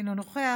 אינו נוכח,